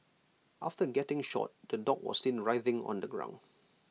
after getting shot the dog was seen writhing on the ground